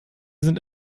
sind